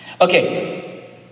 Okay